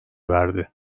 verdi